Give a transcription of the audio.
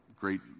Great